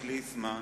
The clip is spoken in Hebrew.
ליצמן,